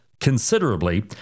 considerably